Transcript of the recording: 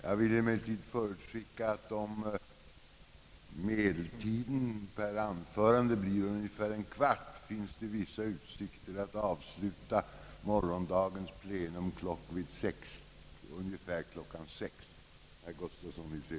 Jag vill emellertid förutskicka att om genomsnittstiden per anförande blir ungefär en kvart, finns det vissa utsikter att avsluta morgondagens plenum ungefär kl. 18.00.